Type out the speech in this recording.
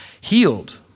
healed